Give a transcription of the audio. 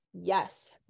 yes